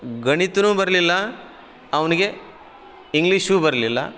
ಗಣಿತನು ಬರಲಿಲ್ಲ ಅವನಿಗೆ ಇಂಗ್ಲೀಷು ಬರಲಿಲ್ಲ